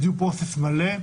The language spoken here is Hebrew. ב-due process מלא,